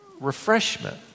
refreshment